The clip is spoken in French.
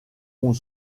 ont